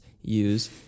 use